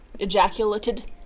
ejaculated